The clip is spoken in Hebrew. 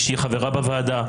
שהיא חברה בוועדה,